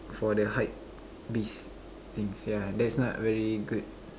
for the hype beast things yeah that's not very good